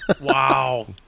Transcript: wow